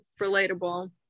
Relatable